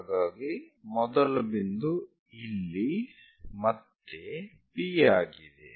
ಹಾಗಾಗಿ ಮೊದಲ ಬಿಂದು ಇಲ್ಲಿ ಮತ್ತೆ P ಆಗಿದೆ